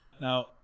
Now